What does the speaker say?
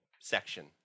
section